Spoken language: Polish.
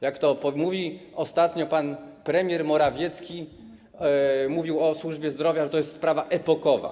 Jak to mówił ostatnio pan premier Morawiecki, kiedy mówił o służbie zdrowia, jest to sprawa epokowa.